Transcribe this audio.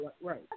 right